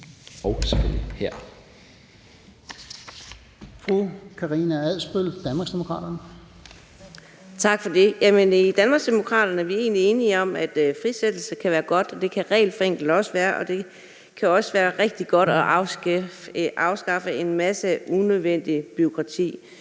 Karina Adsbøl (DD): Tak for det. I Danmarksdemokraterne er vi egentlig enige i, at frisættelse kan være godt, og det kan regelforenkling også være, og det kan også være rigtig godt at afskaffe en masse unødvendig bureaukrati.